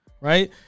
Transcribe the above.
right